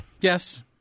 Yes